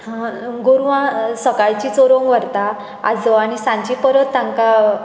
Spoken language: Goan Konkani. गोरवां सकळचीं चोरोवंक व्हरता आजो आनी सांजची परत तांकां